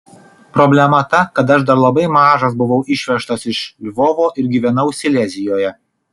problema ta kad aš dar labai mažas buvau išvežtas iš lvovo ir gyvenau silezijoje